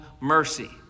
mercy